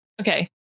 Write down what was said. Okay